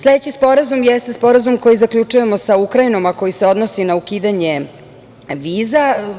Sledeći sporazum jeste Sporazum koji zaključujemo sa Ukrajinom, a koji se odnosi na ukidanje viza.